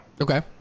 Okay